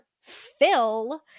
phil